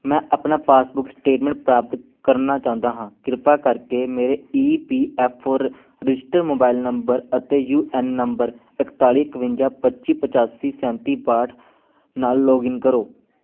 ਮੈਂ ਆਪਣਾ passbook statement ਪ੍ਰਾਪਤ ਕਰਨਾ ਚਾਹੁੰਦਾ ਹਾਂ ਕਿਰਪਾ ਕਰਕੇ ਮੇਰੇ ਈ ਪੀ ਐਫ ਓ ਰ ਰਜਿਸਟਰਡ ਮੋਬਾਈਲ ਨੰਬਰ ਅਤੇ ਯੂ ਐਨ ਨੰਬਰ ਇੱਕਤਾਲੀ ਇਕਵੰਜਾ ਪੱਚੀ ਪਚਾਸੀ ਸੈਂਤੀ ਬਾਹਠ ਨਾਲ ਲੌਗਇਨ ਕਰੋ